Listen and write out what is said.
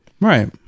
right